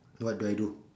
what do I do